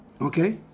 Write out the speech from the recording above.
Okay